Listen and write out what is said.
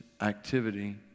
activity